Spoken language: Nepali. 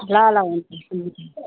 ल ल हुन्छ हुन्छ